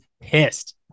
pissed